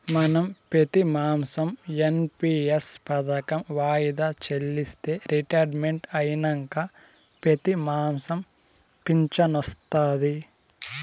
మనం పెతిమాసం ఎన్.పి.ఎస్ పదకం వాయిదా చెల్లిస్తే రిటైర్మెంట్ అయినంక పెతిమాసం ఫించనొస్తాది